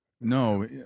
No